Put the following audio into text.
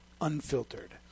unfiltered